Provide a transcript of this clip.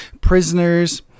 Prisoners